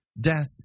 Death